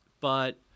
But-